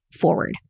forward